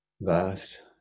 Vast